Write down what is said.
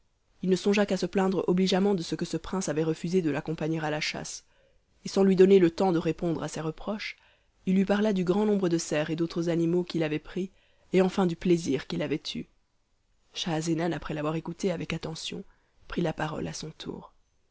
il ne songea qu'à se plaindre obligeamment de ce que ce prince avait refusé de l'accompagner à la chasse et sans lui donner le temps de répondre à ses reproches il lui parla du grand nombre de cerfs et d'autres animaux qu'il avait pris et enfin du plaisir qu'il avait eu schahzenan après l'avoir écouté avec attention prit la parole à son tour